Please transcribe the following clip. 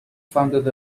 founded